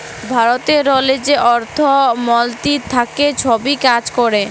ভারতেরলে যে অর্থ মলতিরি থ্যাকে ছব কাজ ক্যরে